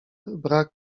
brak